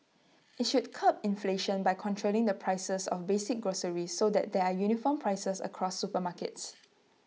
IT should curb inflation by controlling the prices of basic groceries so that there are uniform prices across supermarkets